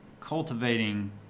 cultivating